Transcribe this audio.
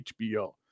HBO